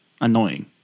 annoying